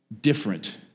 different